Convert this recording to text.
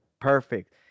perfect